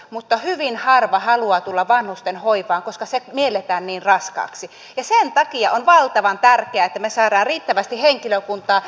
mutta hyvin harva haluaa tulla vanhustenhoivaan koska se mielletään sosiaalialan tutkimuksen kehittämistarpeen ja on valtavan tärkeää saada riittävästi henkilökuntaa